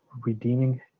redeeming